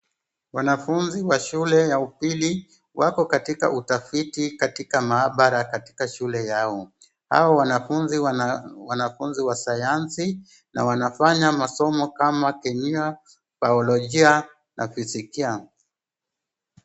Wanafunzi wa shule ya upili wako katika utafiti katika maabara katika shule yao. Hao wanafunzi wana, wanafunzi wa sayansi, na wanafanya masomo kama kemia, biolojia na fizikia.